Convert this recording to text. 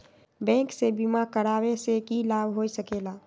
Bank से बिमा करावे से की लाभ होई सकेला?